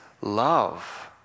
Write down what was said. love